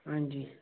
हां जी